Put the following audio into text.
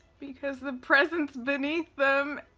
because the present's beneath them.